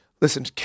listen